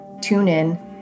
TuneIn